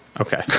okay